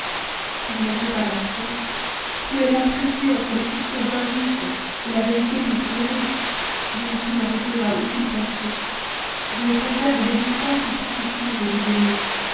tourmenté par la crainte cruellement pressé entre le soupçon injuste la vérité plus cruelle je ne puis m'arrêter à aucune pensée je ne conserve d'existence que pour souffrir vous aimer